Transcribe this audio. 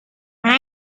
why